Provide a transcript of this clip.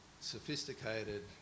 sophisticated